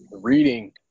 Reading